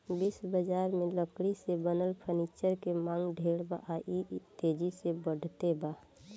विश्व बजार में लकड़ी से बनल फर्नीचर के मांग ढेर बा आ इ तेजी से बढ़ते बा